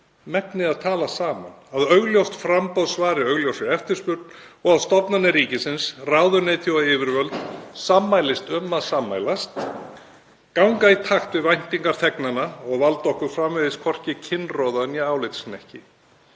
megni að tala saman, að augljóst framboð svari augljósri eftirspurn og að stofnanir ríkisins, ráðuneyti og yfirvöld sammælist um að sammælast, ganga í takt við væntingar þegnanna og valda okkur framvegis hvorki kinnroða né álitshnekki.